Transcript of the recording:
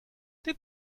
did